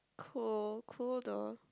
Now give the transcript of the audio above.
cool cool though